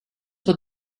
for